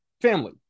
family